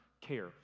care